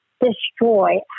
destroy